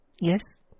Yes